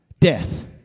Death